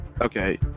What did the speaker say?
Okay